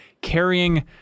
carrying